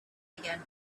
began